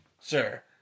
Sir